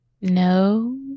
No